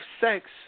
sex